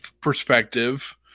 perspective